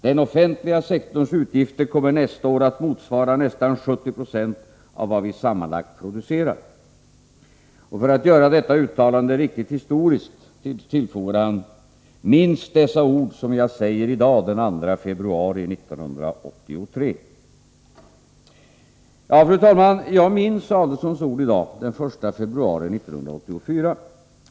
Den offentliga sektorns utgifter kommer nästa år att motsvara nästan 70970 av vad vi sammanlagt producerar.” Och för att göra detta uttalande riktigt historiskt tillade han: ”Minns dessa ord som jag säger i dag den 2 februari 1983.” Fru talman! Jag minns herr Adelsohns ord i dag den 1 februari 1984.